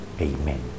Amen